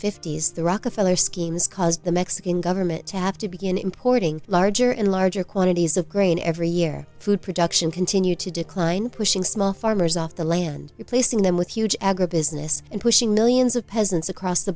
fifty s the rockefeller scheme has caused the mexican government to have to begin importing larger and larger quantities of grain every year food production continued to decline pushing small farmers off the land replacing them with huge agribusiness and pushing millions of peasants across the